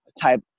type